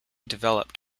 developed